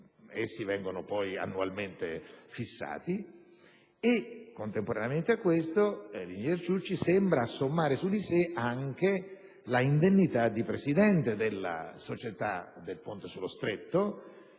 essi vengono poi annualmente fissati. Contemporaneamente a questo, l'ingegner Ciucci sembra assommare su di sé anche l'indennità di presidente della società Ponte sullo Stretto.